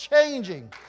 changing